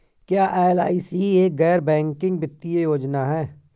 क्या एल.आई.सी एक गैर बैंकिंग वित्तीय योजना है?